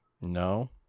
No